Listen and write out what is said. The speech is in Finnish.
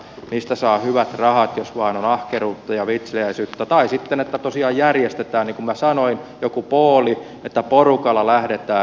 niistä saa hyvät rahat jos vain on ahkeruutta ja viitseliäisyyttä tai sitten tosiaan järjestetään niin kuin minä sanoin joku pooli että porukalla lähdetään